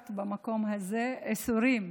החזקת במקום הזה עשורים,